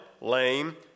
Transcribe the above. lame